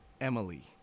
Emily